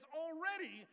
already